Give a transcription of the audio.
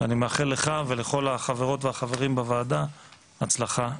ואני מאחל לך ולכל החברות והחברים בוועדה הצלחה גדולה.